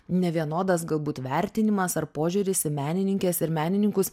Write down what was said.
nevienodas galbūt vertinimas ar požiūris į menininkes ir menininkus